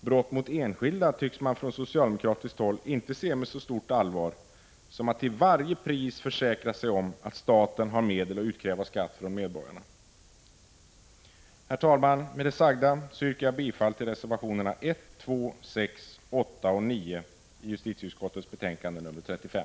Brott mot enskild tycks man från socialdemokratiskt håll inte se med större allvar än att man till varje pris tillförsäkrar staten medel att utkräva skatt från medborgarna. Herr talman! Med det sagda yrkar jag bifall till reservationerna 1, 2,6, 8 och 9 i justitieutskottets betänkande nr 35.